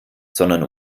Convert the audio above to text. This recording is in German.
sondern